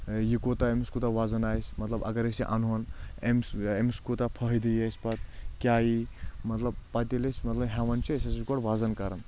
یہِ یہِ کوٗتاہ أمِس کوٗتاہ وَزن آسہِ مطلب اگر أسۍ یہِ اَنہون أمِس أمِس کوٗتاہ فٲہِدٕے اَسہِ پَتہٕ کی مطلب پَتہٕ ییٚلہِ أسۍ مطلب ہؠون چھِ أسۍ ہسا چھِ گۄڈٕ وَزن کران